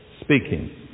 speaking